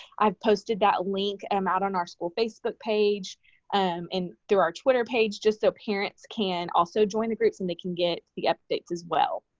i've posted that link and um out on our school facebook page um and through our twitter page just so parents can also join the groups and they can get the updates as well.